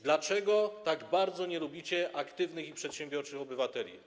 Dlaczego tak bardzo nie lubicie aktywnych i przedsiębiorczych obywateli?